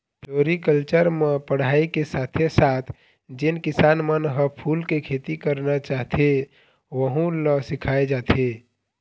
floriculture म पढ़ाई के साथे साथ जेन किसान मन ह फूल के खेती करना चाहथे वहूँ ल सिखाए जाथे